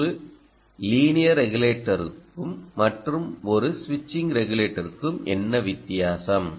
ஒரு லீனியர் ரெகுலேட்டருக்கும் மற்றும் ஒரு ஸ்விட்சிங் ரெகுலேட்டருக்கும் என்ன வித்தியாசம்